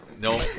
no